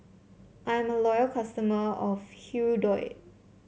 I am a loyal customer of Hirudoid